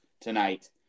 tonight